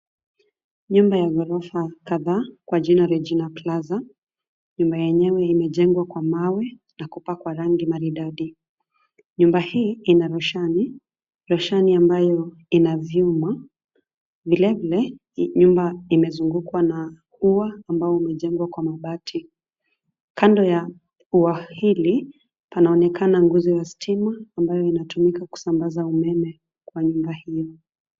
Nyumba ya ghorofa kadhaa kwa jina la Regina Plaza. Nyumba yenyewe imejengwa kwa mawe na kupakwa rangi maridadi. Nyumba hii ina roshani, roshani ambayo ina vyuma. Vilevile, hii nyumba imezungukwa na ua ambao umejengwa kwa mabati. Kando ya ua hili panaonekana nguzo ya stima ambayo inatumika kusambaza umeme kwa nyumba hiyo.